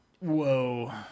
Whoa